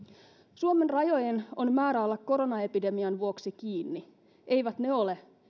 suomen rajojen on määrä olla koronaepidemian vuoksi kiinni eivät ne ole